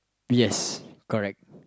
yes correct